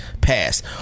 passed